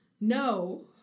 no